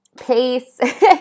pace